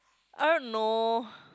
I don't know